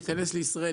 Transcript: להיכנס לישראל,